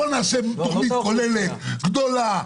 בואו נעשה תוכנית כוללת גדולה.